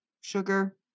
sugar